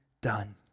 done